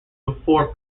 before